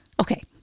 okay